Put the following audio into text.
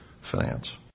finance